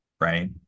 right